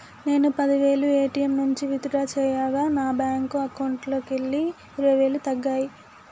నేను పది వేలు ఏ.టీ.యం నుంచి విత్ డ్రా చేయగా నా బ్యేంకు అకౌంట్లోకెళ్ళి ఇరవై వేలు తగ్గాయి